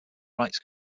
rights